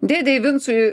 dėdei vincui